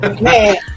Man